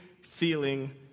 feeling